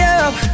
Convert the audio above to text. up